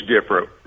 different